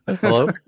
Hello